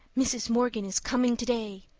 mrs. morgan is coming today.